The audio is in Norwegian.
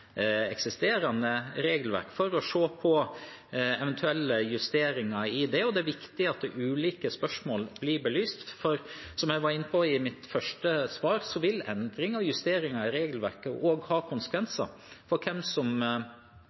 eksisterende regelverk, for å se på eventuelle justeringer i det. Det er viktig at de ulike spørsmålene bli belyst, for som jeg var inne på i mitt første svar, vil endringer og justeringer i regelverket også ha konsekvenser for hvem som